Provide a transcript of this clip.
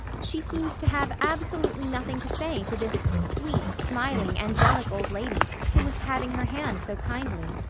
she seemed to have absolutely nothing to say to this sweet, smiling, angelic old lady who was patting her hand so kindly.